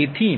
તેથી